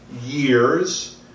years